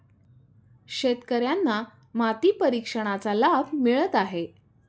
शेतकर्यांना माती परीक्षणाचा लाभ मिळत आहे